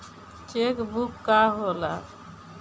Check book का होला?